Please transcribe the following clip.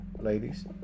ladies